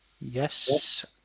Yes